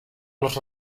les